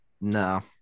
No